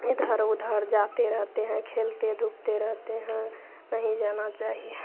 इधर उधर जाते रहते हैं खेलते धूपते रहते हैं नहीं जाना चाहिए